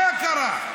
מה קרה?